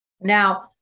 Now